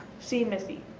see missy.